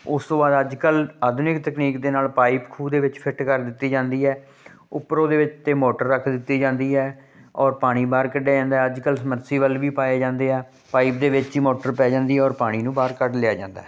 ਉਸ ਤੋਂ ਬਾਅਦ ਅੱਜ ਕੱਲ੍ਹ ਆਧੁਨਿਕ ਤਕਨੀਕ ਦੇ ਨਾਲ ਪਾਈਪ ਖੂਹ ਦੇ ਵਿੱਚ ਫਿੱਟ ਕਰ ਦਿੱਤੀ ਜਾਂਦੀ ਹੈ ਉੱਪਰ ਉਹਦੇ ਵਿੱਚ ਤੇ ਮੋਟਰ ਰੱਖ ਦਿੱਤੀ ਜਾਂਦੀ ਹੈ ਔਰ ਪਾਣੀ ਬਾਹਰ ਕੱਢਿਆ ਜਾਂਦਾ ਅੱਜ ਕੱਲ੍ਹ ਸਮਰਸੀਵੱਲ ਵੀ ਪਾਏ ਜਾਂਦੇ ਆ ਪਾਈਪ ਦੇ ਵਿੱਚ ਹੀ ਮੋਟਰ ਪੈ ਜਾਂਦੀ ਔਰ ਪਾਣੀ ਨੂੰ ਬਾਹਰ ਕੱਢ ਲਿਆ ਜਾਂਦਾ ਹੈ